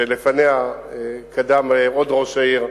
שלפניה קדם עוד ראש עיר,